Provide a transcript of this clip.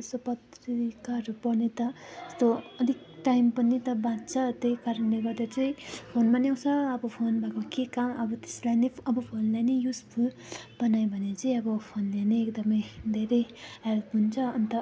यसो पत्रिकाहरू पढ्ने त यस्तो अलिक टाइम पनि त बाँच्छ त्यही कारणले गर्दा चाहिँ फोनमा पनि आउँछ अब फोन भएको के काम अब त्यसलाई नै अब फोनलाई नै युजफुल बनायो भने चाहिँ अब फोनले नै एकदमै धेरै हेल्प हुन्छ अन्त